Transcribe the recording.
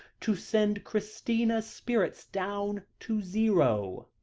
to send christina's spirits down to zero.